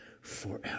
forever